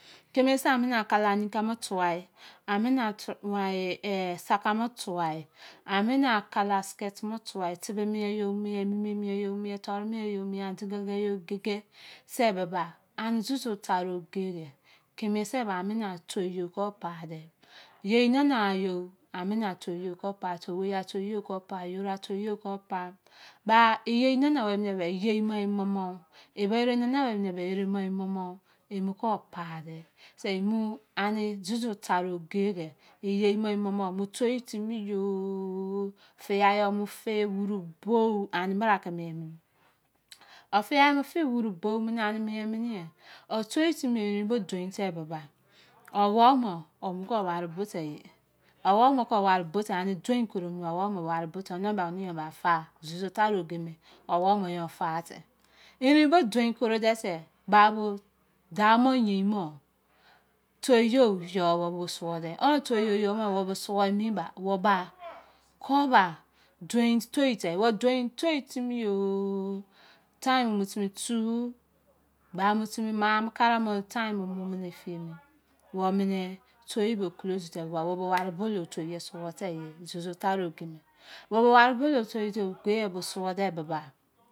Kẹmẹ sẹ ana kala nika mẹ tuwi amẹnẹ winye ehn saka mẹ tuwi anẹ ni kala skirt me tuwi tẹbẹ miẹn-ye tebẹ mien-yẹ ekẹkẹ anẹ suzu tarẹ ogẹ kẹmẹ se anẹnẹ tuwei kpo fa, yei nana ye ane tuwe kpo fa ba yei nana were gba imo iyẹ mọ i ba ere nana were gba e ba ine-ere mọ ane suzu tarẹ ogẹ ke imọ iyẹ mo imọmọ tẹ timi yọu, fiai o mọ fe wuru bọ anẹ brakẹ mien mẹnẹ o fiai ọ mọ fe, wuru bọ anẹ mien mene o tẹ timi dein lo la owomọ ọmọ kpo ware te, owomo ke warẹ bọ time ane dein koro dẹ mẹ owọmo kẹ warẹ bọ dẹ yẹ anẹ ba mi yọụ ba fa suzu tarẹ ogẹ mẹ owọ mi-yọu fa timi erin bo dein koro dẹ sẹ ba nẹmi dạu mọ yein mọ tẹ yọu, yọu bọ sudẹ omẹ tu yoyo me you dọ suwu imẹ ba, ọ ba dein tẹ timi o, time mu timi z ba mu timi mam kẹrẹ mọ time wu menẹ tẹ bọ close dẹ gba wu bo ware bulou te suwu dẹ suzu tare ogẹ wu bọ ware bulou sudẹ,